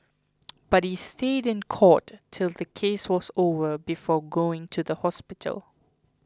but he stayed in court till the case was over before going to the hospital